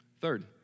Third